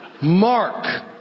Mark